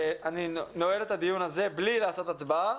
אני נועל את הדיון הזה בלי לקיים הצבעה.